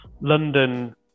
London